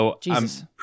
Jesus